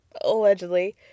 allegedly